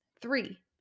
Three